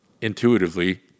intuitively